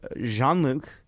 Jean-Luc